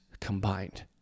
combined